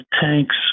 tanks